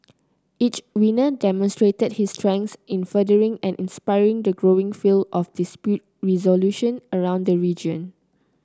each winner demonstrated his strengths in furthering and inspiring the growing field of dispute resolution around the region